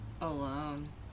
alone